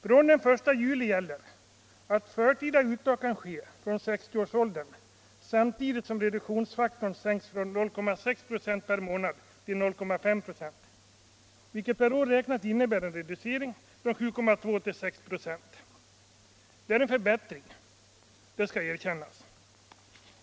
Från den 1 juli gäller att förtida uttag kan ske från 60 års ålder samtidigt som reduktionsfaktorn sänks från 0,6 ”» per månad till 0,5 "., vilket per år räknat innebär en reducering från 7,2 till 6 ".. Det är en förbättring, det skall erkännas.